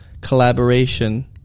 collaboration